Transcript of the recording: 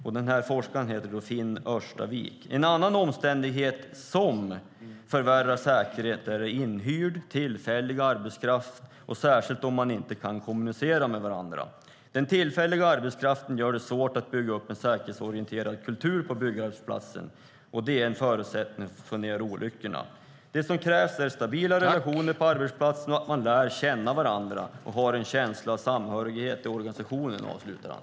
Forskaren som skrivit rapporten heter Finn Ørstavik. Han skriver: En annan omständighet som försämrar säkerheten är inhyrd tillfällig arbetskraft, särskilt om man inte kan kommunicera med varandra. Den tillfälliga arbetskraften gör det svårt att bygga upp en säkerhetsorienterad kultur på byggarbetsplatsen, och det är en förutsättning för att få ned olyckorna. Det som krävs är stabilare relationer på arbetsplatsen, att man lär känna varandra och har en känsla av samhörighet i organisationen, avslutar han.